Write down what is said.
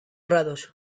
grados